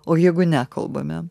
o jeigu nekalbame